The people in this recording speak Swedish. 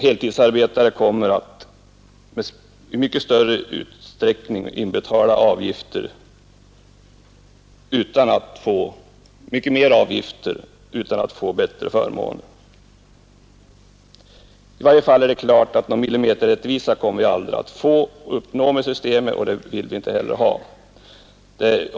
Heltidsarbetare kommer att inbetala mycket mer avgifter utan att få bättre förmåner. I varje fall är det klart att någon millimeterrättvisa kommer vi aldrig att uppnå med systemet, och det vill vi inte heller ha.